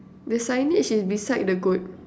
the signage is beside the goat